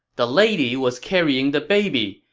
the lady was carrying the baby.